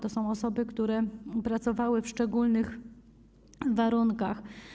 To są osoby, które pracowały w szczególnych warunkach.